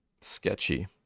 sketchy